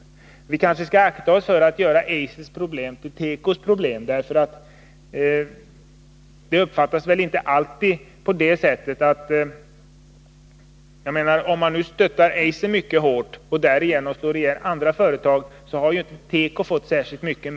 Men vi bör kanske akta oss för att göra Eisers problem till tekos problem. Om man nu stöttar Eiser mycket hårt — och därigenom andra företag tvingas slå igen — har ju inte teko som helhet hjälpts särskilt mycket.